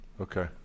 Okay